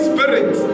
Spirit